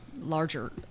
larger